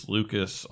Lucas